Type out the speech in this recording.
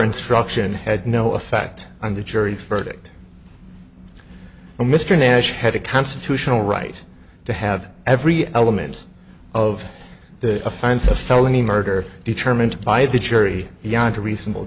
instruction had no effect on the jury's verdict and mr nash had a constitutional right to have every element of the offense a felony murder determined by the jury yada reasonable